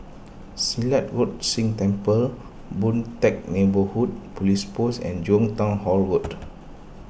Silat Road Sikh Temple Boon Teck Neighbourhood Police Post and Jurong Town Hall Road